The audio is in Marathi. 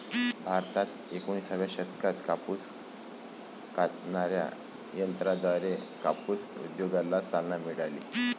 भारतात एकोणिसाव्या शतकात कापूस कातणाऱ्या यंत्राद्वारे कापूस उद्योगाला चालना मिळाली